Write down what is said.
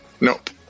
Nope